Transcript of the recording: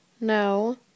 no